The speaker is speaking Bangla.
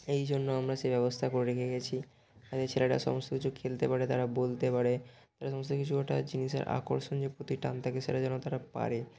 এই জন্য আমরা সে ব্যবস্থা করে রেখে গিয়েছি যাতে ছেলেরা সমস্ত কিছু খেলতে পারে তারা বলতে পারে তারা সমস্ত কিছু ওটা জিনিসের আকর্ষণ যে প্রতি টান থাকে সেটা যেন তারা পারে